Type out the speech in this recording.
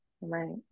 Right